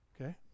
Okay